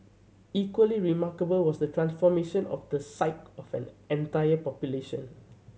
equally remarkable was the transformation of the psyche of an entire population